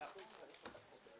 הישיבה נעולה.